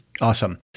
Awesome